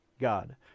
God